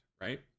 right